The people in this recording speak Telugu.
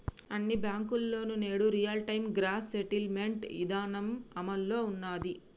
అన్ని బ్యేంకుల్లోనూ నేడు రియల్ టైం గ్రాస్ సెటిల్మెంట్ ఇదానం అమల్లో ఉన్నాది